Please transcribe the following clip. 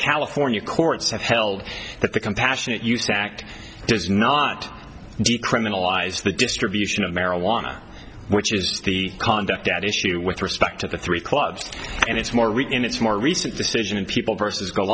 california courts have held that the compassionate use act does not decriminalize the distribution of marijuana which is the conduct at issue with respect to the three clubs and it's more weak and it's more recent decision and people versus go